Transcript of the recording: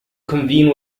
convene